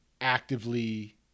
actively